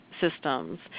systems